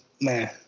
man